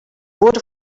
wurde